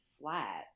flat